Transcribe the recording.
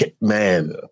man